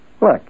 look